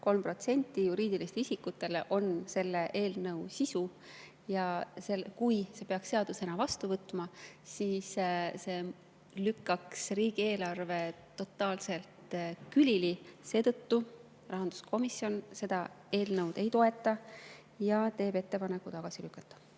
3% juriidilistele isikutele on selle eelnõu sisu. Ja kui see peaks seadusena vastu võetama, siis see lükkaks riigieelarve totaalselt külili. Seetõttu rahanduskomisjon eelnõu ei toeta ja teeb ettepaneku selle tagasi lükata.